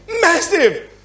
massive